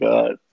God